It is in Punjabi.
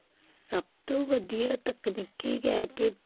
ਸਭ ਤੋਂ ਵਧੀਆ ਤਕਨੀਕੀ ਕਹਿ ਕੇ